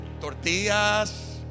Tortillas